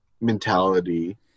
mentality